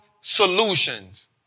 Solutions